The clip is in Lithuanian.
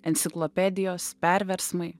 enciklopedijos perversmai